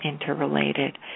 interrelated